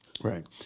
Right